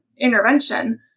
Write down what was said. intervention